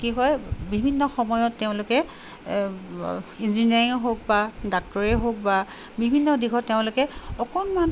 কি হয় বিভিন্ন সময়ত তেওঁলোকে ইঞ্জিনিয়াৰিঙে হওক বা ডাক্টৰে হওক বা বিভিন্ন দিশত তেওঁলোকে অকণমান